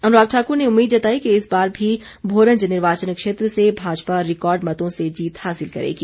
अनुराग ठाक्र ने उम्मीद जताई कि इस बार भी भोरंज निर्वाचन क्षेत्र से भाजपा रिकार्ड मतों से जीत हासिल करेगी